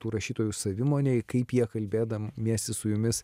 tų rašytojų savimonėj kaip jie kalbėdamiesi su jumis